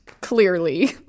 clearly